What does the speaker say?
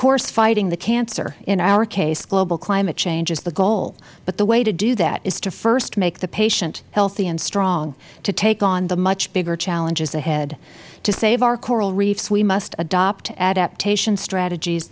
course fighting the cancer in our case global climate change is the goal but the way to do that is to first make the patient healthy and strong to take on the much bigger challenges ahead to save our coral reefs we must adopt adaptation strategies